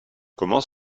comment